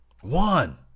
One